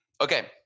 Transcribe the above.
Okay